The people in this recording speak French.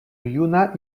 yuna